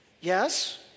Yes